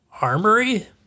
armory